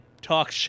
talk